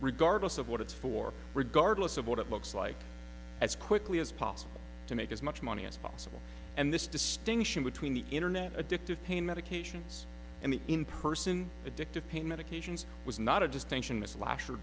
regardless of what it's for regardless of what it looks like as quickly as possible to make as much money as possible and this distinction between the internet addictive pain medications and in person addictive pain medications was not a distinction